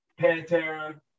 Pantera